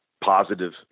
positive